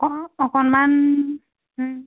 অঁ অকণমান